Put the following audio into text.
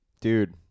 Dude